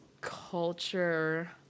culture